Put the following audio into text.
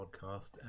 podcast